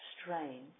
strain